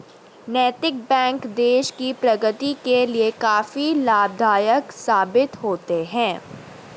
नैतिक बैंक देश की प्रगति के लिए काफी लाभदायक साबित होते हैं